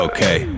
Okay